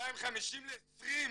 מ-250 ל-20.